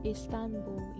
Istanbul